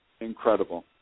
incredible